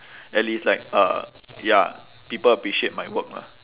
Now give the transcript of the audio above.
at least like uh ya people appreciate my work lah